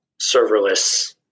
serverless